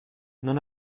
non